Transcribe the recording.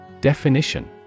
Definition